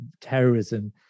terrorism